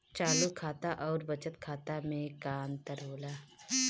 चालू खाता अउर बचत खाता मे का अंतर होला?